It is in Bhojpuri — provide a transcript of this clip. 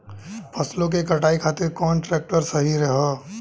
फसलों के कटाई खातिर कौन ट्रैक्टर सही ह?